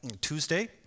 Tuesday